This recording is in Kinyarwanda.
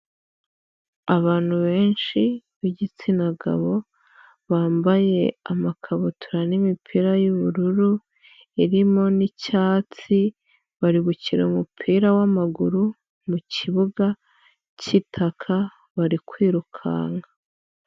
Abantu benshi b'igitsina gabo bambaye amakabutura n'imipira y'ubururu irimo n'icyatsi, bari gukina umupira w'amaguru mu kibuga cy'itaka bari kwirukanka.